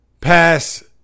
Pass